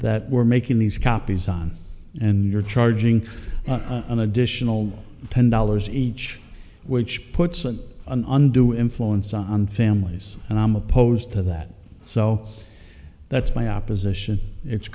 that we're making these copies on and you're charging an additional ten dollars each which puts an undue influence on families and i'm opposed to that so that's my opposition it's